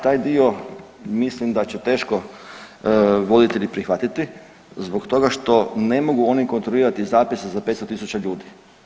Ta, taj dio mislim da će teško voditelji prihvatiti zbog toga što ne mogu oni kontrolirati zapise za 500.000 ljudi.